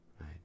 right